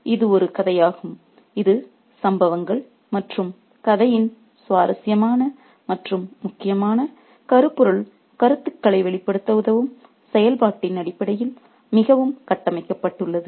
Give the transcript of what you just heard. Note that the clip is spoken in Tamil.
இது ஒரு கதையாகும் இது சம்பவங்கள் மற்றும் கதையின் சுவாரஸ்யமான மற்றும் முக்கியமான கருப்பொருள் கருத்துக்களை வெளிப்படுத்த உதவும் செயல்பாட்டின் அடிப்படையில் மிகவும் கட்டமைக்கப்பட்டுள்ளது